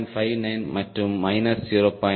59 மற்றும் மைனஸ் 0